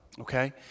okay